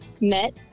met